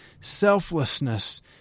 selflessness